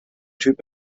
typ